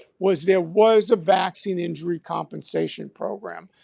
was there was a vaccine injury compensation program.